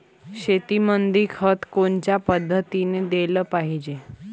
शेतीमंदी खत कोनच्या पद्धतीने देलं पाहिजे?